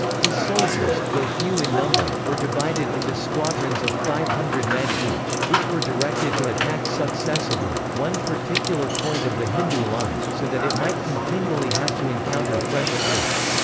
his soldiers, though few in number, were divided into squadrons of five hundred men each, which were directed to attack successively, one particular point of the hindoo line, so that it might continually have to encounter fresh troops.